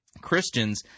Christians